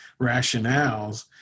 rationales